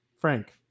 Frank